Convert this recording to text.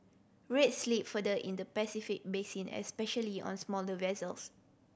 rates slipped further in the Pacific basin especially on smaller vessels